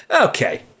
okay